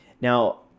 Now